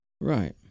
Right